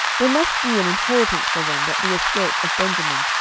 there must be an inheritance for them that be escaped of benjamin,